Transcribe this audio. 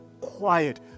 quiet